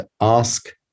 ask